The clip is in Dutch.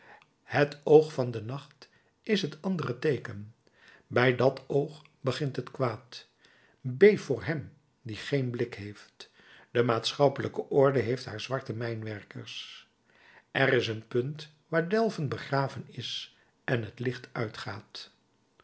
het oog van den nacht is het andere teeken bij dat oog begint het kwaad beef voor hem die geen blik heeft de maatschappelijke orde heeft haar zwarte mijnwerkers er is een punt waar delven begraven is en het licht uitgaat